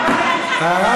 זה.